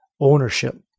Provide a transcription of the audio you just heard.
ownership